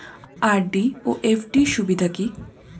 RD ও FD র সুবিধা কি?